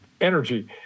energy